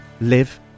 live